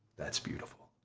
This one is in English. that's beautiful.